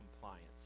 compliance